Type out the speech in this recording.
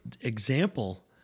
example